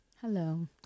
Hello